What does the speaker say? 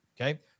Okay